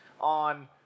on